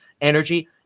energy